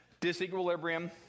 disequilibrium